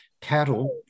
cattle